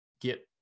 get